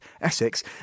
Essex